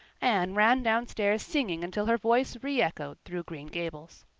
anne ran downstairs singing until her voice reechoed through green gables.